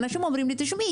אנשים אומרים לי שמעי,